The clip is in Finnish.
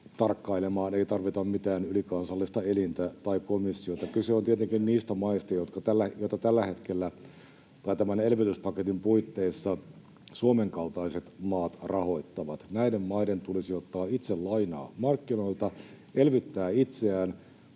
tarkkailemaan ei tarvita mitään ylikansallista elintä tai komissiota. [Antti Lindtman: Ei täällä niin sanota!] Kyse on tietenkin niistä maista, joita tällä hetkellä tai tämän elvytyspaketin puitteissa Suomen kaltaiset maat rahoittavat. Näiden maiden tulisi ottaa itse lainaa markkinoilta ja elvyttää itseään,